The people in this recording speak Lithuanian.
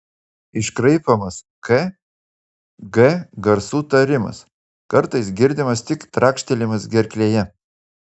iškraipomas k g garsų tarimas kartais girdimas tik trakštelėjimas gerklėje